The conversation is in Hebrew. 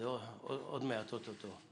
עוד מעט או-טו-טו.